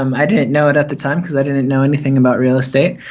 um i didn't know it at the time, cause i didn't know anything about real estate,